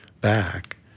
back